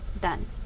done